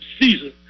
season